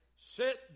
sit